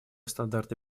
стандарты